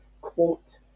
quote